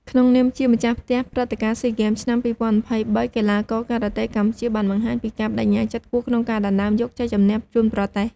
ក្នុងនាមជាម្ចាស់ផ្ទះព្រឹត្តិការណ៍ស៊ីហ្គេមឆ្នាំ ២០២៣ កីឡាករការ៉ាតេកម្ពុជាបានបង្ហាញពីការប្ដេជ្ញាចិត្តខ្ពស់ក្នុងការដណ្តើមយកជ័យជម្នះជូនប្រទេស។។